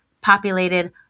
populated